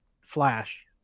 Flash